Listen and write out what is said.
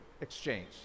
exchange